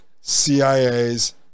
CIA's